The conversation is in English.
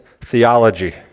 theology